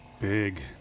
Big